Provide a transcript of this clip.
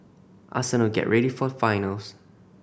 Arsenal get ready for the finals